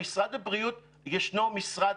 במשרד הבריאות ישנו משרד,